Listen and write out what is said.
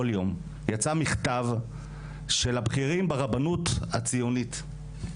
יום יצא מכתב של הבכירים ברבנות הציונית,